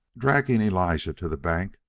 dragging elijah to the bank,